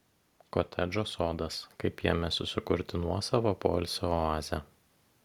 kotedžo sodas kaip jame susikurti nuosavą poilsio oazę